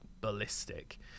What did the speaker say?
ballistic